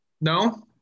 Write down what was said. No